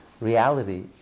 reality